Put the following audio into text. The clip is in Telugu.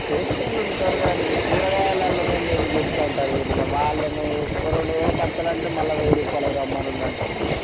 చేసేటోళ్ళుంటారు గానీ గీ కూరగాయాలల్లోనే మీరు డిస్కౌంట్ అడిగినారు ఇక వాళ్ళను ఓ రెండు వేలుకొస్తారంటే మళ్ళీ వెయ్యి రూపాయలకి రమ్మనండి అంటారు మీరు